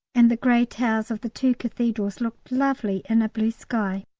and the grey towers of the two cathedrals looked lovely in a blue sky.